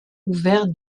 ouverte